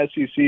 SEC